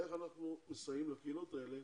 איך אנחנו מסייעים לקהילות האלה.